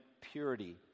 purity